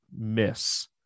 miss